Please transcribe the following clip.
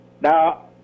Now